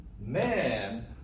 man